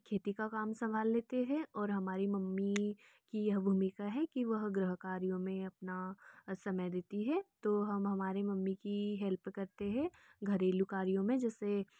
खेती का काम सम्भाल लेते हैं और हमारी मम्मी की यह भूमिका है की वह गृह कार्यों मे अपना समय देती है तो हम हमारे मम्मी की हेल्प करते हैं घरेलू कार्यों मे जैसे